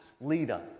leader